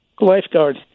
lifeguard